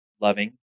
loving